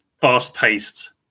fast-paced